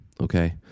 Okay